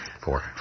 Four